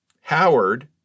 Howard